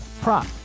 prop